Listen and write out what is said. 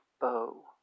bow